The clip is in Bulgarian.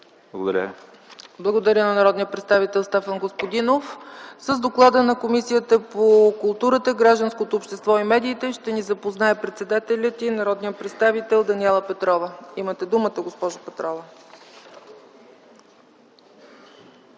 ЦАЧЕВА: Благодаря на народния представител Стефан Господинов. С доклада на Комисията по културата, гражданското общество и медиите ще ни запознае председателят й народният представител Даниела Петрова. Имате думата, госпожо Петрова.